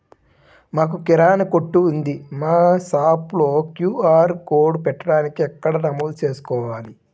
మాకు కిరాణా కొట్టు ఉంది మా షాప్లో క్యూ.ఆర్ కోడ్ పెట్టడానికి ఎక్కడ నమోదు చేసుకోవాలీ?